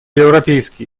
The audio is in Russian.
европейские